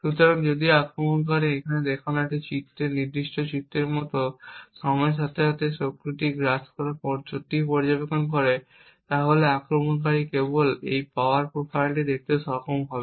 সুতরাং যদি আক্রমণকারী এখানে দেখানো এই নির্দিষ্ট চিত্রের মতো সময়ের সাথে সাথে এই শক্তিটি গ্রাস করা সত্যিই পর্যবেক্ষণ করে তাহলে আক্রমণকারী কেবল এই পাওয়ার প্রোফাইলটি দেখতে সক্ষম হবে